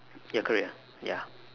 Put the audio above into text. ya career ya